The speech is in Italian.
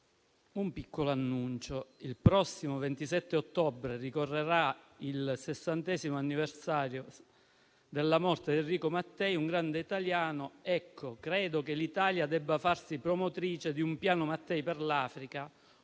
un piccolo annuncio: «Il prossimo 27 ottobre ricorre il sessantesimo anniversario della morte di Enrico Mattei, un grande italiano. Ecco, credo che l'Italia debba farsi promotrice di un Piano Mattei per l'Africa,